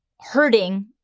hurting